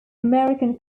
american